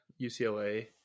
UCLA